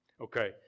Okay